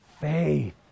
faith